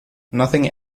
nothing